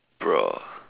bro